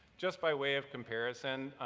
just by way of comparison,